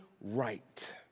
right